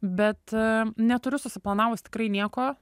bet neturiu susiplanavus tikrai nieko